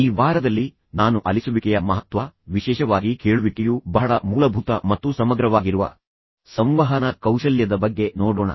ಈ ವಾರದಲ್ಲಿ ನಾನು ಆಲಿಸುವಿಕೆಯ ಮಹತ್ವ ವಿಶೇಷವಾಗಿ ಕೇಳುವಿಕೆಯು ಬಹಳ ಮೂಲಭೂತ ಮತ್ತು ಸಮಗ್ರವಾಗಿರುವ ಸಂವಹನ ಕೌಶಲ್ಯದ ಬಗ್ಗೆ ನೋಡೋಣ